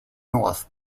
north